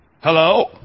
Hello